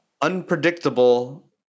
unpredictable